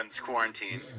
quarantine